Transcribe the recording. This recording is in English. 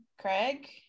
craig